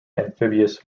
amphibious